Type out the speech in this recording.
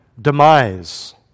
demise